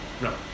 No